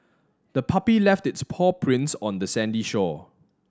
the puppy left its paw prints on the sandy shore